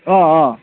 অঁ অঁ